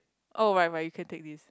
oh right but you can take this